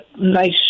nice